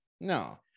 No